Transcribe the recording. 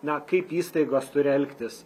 na kaip įstaigos turi elgtis